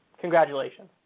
Congratulations